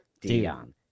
Dion